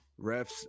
Refs